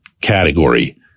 category